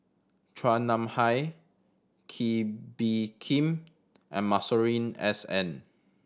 Chua Nam Hai Kee Bee Khim and Masuri S N